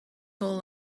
all